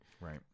Right